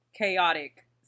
chaotic